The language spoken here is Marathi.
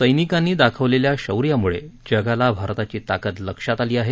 सैनिकांनी दाखविलेल्या शौर्यमुळं जगाला भारताची ताकद लक्षात आली आहे